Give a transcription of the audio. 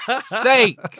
sake